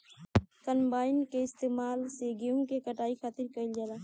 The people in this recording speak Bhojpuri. कंबाइन के इस्तेमाल से गेहूँ के कटाई खातिर कईल जाला